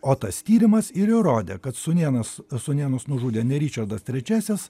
o tas tyrimas ir įrodė kad sūnėnas sūnėnus nužudė ne ričardas trečiasis